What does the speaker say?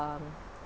um